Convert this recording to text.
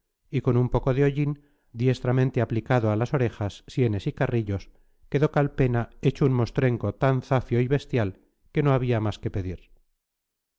y con un poco de hollín diestramente aplicado a las orejas sienes y carrillos quedó calpena hecho un mostrenco tan zafio y bestial que no había más que pedir